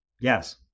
Yes